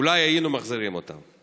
אולי היינו מחזירים אותם.